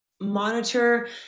monitor